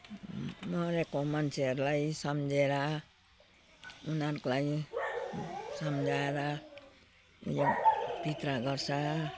मरेको मन्छेहरूलाई सम्झेर उनीहरूलाई सम्झिएर पित्र गर्छ